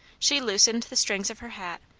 she loosened the strings of her hat,